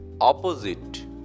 opposite